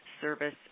service